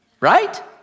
right